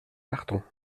partons